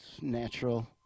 natural